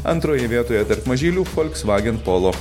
antroji vietoje tarp mažylių volkswagen polo